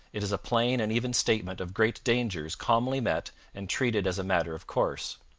it is a plain and even statement of great dangers calmly met and treated as a matter of course.